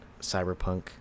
Cyberpunk